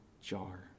jar